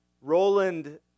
Roland